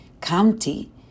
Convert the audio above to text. County